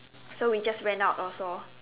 so we just ran out also